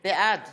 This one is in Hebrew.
בעד